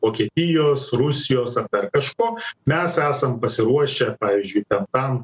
vokietijos rusijos ar dar kažko mes esam pasiruošę pavyzdžiui ten tam